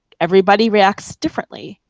everybody reacts differently.